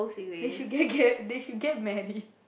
they should get get they should get married